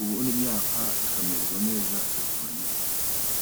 ubundi imyaka ikamererwa neza igakura neza.